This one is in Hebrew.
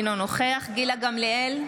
אינו נוכח גילה גמליאל,